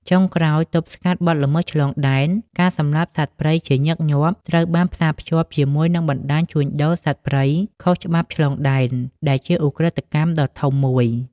ចុងក្រោយទប់ស្កាត់បទល្មើសឆ្លងដែន ការសម្លាប់សត្វព្រៃជាញឹកញាប់ត្រូវបានផ្សារភ្ជាប់ជាមួយនឹងបណ្ដាញជួញដូរសត្វព្រៃខុសច្បាប់ឆ្លងដែន ដែលជាឧក្រិដ្ឋកម្មដ៏ធំមួយ។